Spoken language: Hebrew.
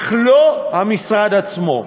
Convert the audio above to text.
אך לא המשרד עצמו,